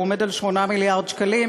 הוא עומד על 8 מיליארד שקלים.